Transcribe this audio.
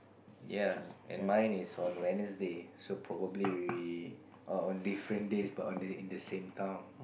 yea and mine is on Wednesday so probably we are on different days but on the in the same town